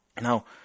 now